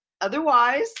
otherwise